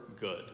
good